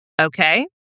Okay